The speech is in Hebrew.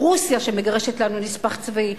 רוסיה שמגרשת לנו נספח צבאי,